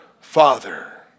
Father